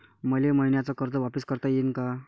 मले मईन्याचं कर्ज वापिस करता येईन का?